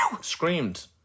Screamed